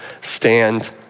stand